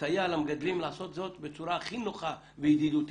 לסייע למגדלים לעשות זאת בצורה הכי נוחה וידידותית